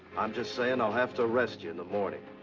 i'm just saying i'll have to arrest you in the morning,